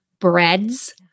breads